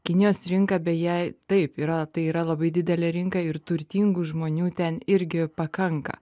kinijos rinka beje taip yra tai yra labai didelė rinka ir turtingų žmonių ten irgi pakanka